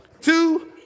two